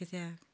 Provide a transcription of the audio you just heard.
कित्याक